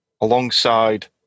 alongside